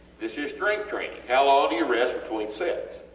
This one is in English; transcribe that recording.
this is strength training. how long do you rest between sets?